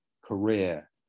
career